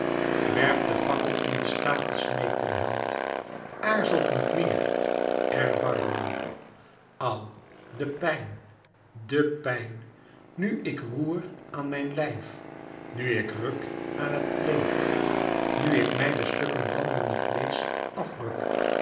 werpt den fakkel in den stapel smeekte de held aarzelt niet meer erbarmen au de pijn de pijn nu ik roer aan mijn lijf nu ik rùk aan het kleed nu ik mij de stukken brandende vleesch